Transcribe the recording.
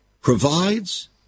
provides